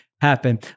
happen